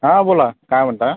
हां बोला काय म्हणता